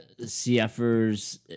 CFers